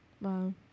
Wow